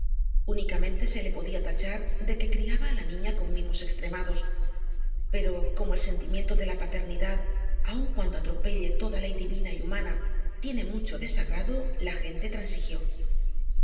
unicamente se le podía tachar de que criaba á la niña con mimos extremados pero como el sentimiento de la paternidad aun cuando atropelle toda ley divina y humana tiene mucho de sagrado la gente transigió